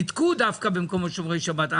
ניתקו דווקא במקומות שומרי שבת.